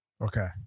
Okay